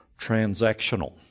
transactional